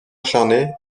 acharnée